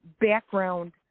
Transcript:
background